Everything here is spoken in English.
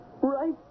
Right